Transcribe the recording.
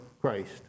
Christ